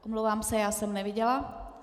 Omlouvám se, já jsem neviděla.